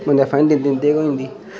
इ'न्ना फाइन दिंदे गै होई जंदी